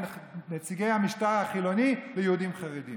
נציגי המשטר החילוני ליהודים חרדים.